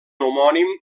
homònim